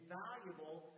valuable